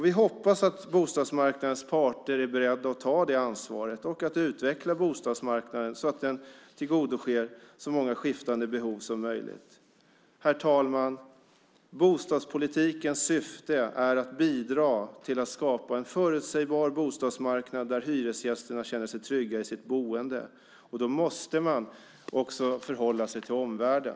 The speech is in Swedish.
Vi hoppas att bostadsmarknadens parter är beredda att ta det ansvaret och utveckla bostadsmarknaden så att den tillgodoser så många skiftande behov som möjligt. Herr talman! Bostadspolitikens syfte är att bidra till att skapa en förutsägbar bostadsmarknad där hyresgästerna känner sig trygga i sitt boende. Då måste man också förhålla sig till omvärlden.